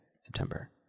September